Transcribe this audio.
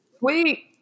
wait